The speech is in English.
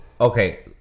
Okay